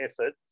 effort